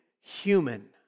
human